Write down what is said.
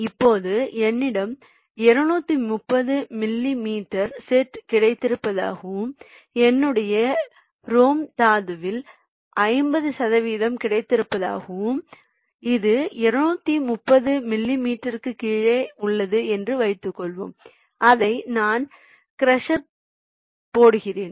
இப்போது என்னிடம் 230 millimetre set கிடைத்திருப்பதாகவும் என்னுடைய ரோம் தாதுவில் 50 சதவிகிதம் கிடைத்திருப்பதாகவும் அது 230 மில்லிமீட்டருக்குக் கீழே உள்ளது என்று வைத்துக்கொள்வோம் அதை நான் க்ரஷர்ப் போடுகிறேன்